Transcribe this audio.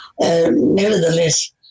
Nevertheless